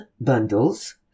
bundles